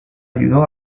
ayudó